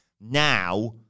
Now